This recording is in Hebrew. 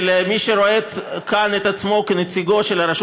שלמי שרואה את עצמו כאן כנציג של הרשות